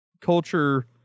culture